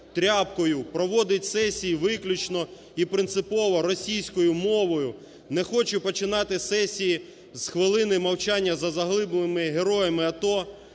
проводить сесії виключно і принципово російською мовою, не хоче починати сесії з "хвилини мовчання" за загиблими героями АТО.